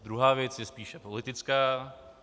Druhá věc je spíše politická.